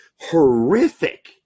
horrific